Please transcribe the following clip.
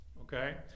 okay